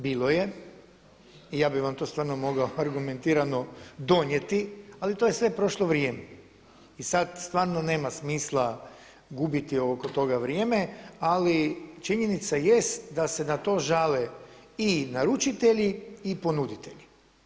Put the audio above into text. Bilo je i ja bih vam to stvarno mogao argumentirano donijeti, ali to je sve prošlo vrijeme i sada stvarno nema smisla gubiti oko toga vrijeme, ali činjenica jest da se na to žale i naručitelji i ponuditelji.